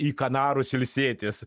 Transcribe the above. į kanarus ilsėtis